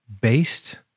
based